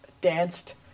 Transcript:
danced